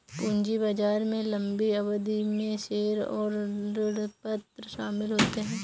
पूंजी बाजार में लम्बी अवधि में शेयर और ऋणपत्र शामिल होते है